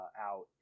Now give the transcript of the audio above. out